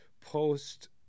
post